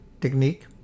technique